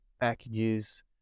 packages